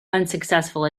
unsuccessful